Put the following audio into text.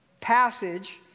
passage